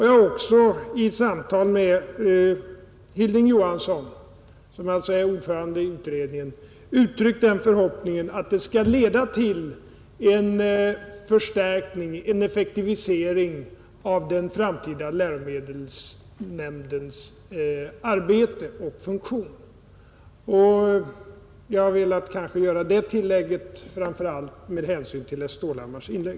Jag har också vid samtal med Hilding Johansson uttryckt förhoppningen att det skall leda till en förstärkning, en effektivisering av den framtida läromedelsnämndens arbete och funktion. Jag har velat göra detta sista tillägg framför allt med hänsyn till herr Stålhammars inlägg.